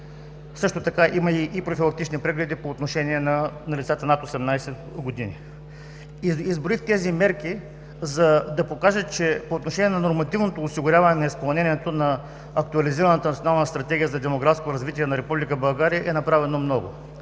Има и профилактични прегледи по отношение на децата над 18 години. Изброих тези мерки, за да покажа, че по отношение на нормативното осигуряване на изпълнението на Актуализираната национална стратегия за демографско развитие на Република България е направено много.